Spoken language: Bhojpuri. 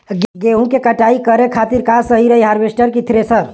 गेहूँ के कटाई करे खातिर का सही रही हार्वेस्टर की थ्रेशर?